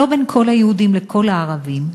לא בין כל היהודים לכל הערבים,